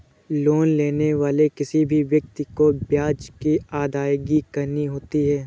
loan लेने वाले किसी भी व्यक्ति को ब्याज की अदायगी करनी होती है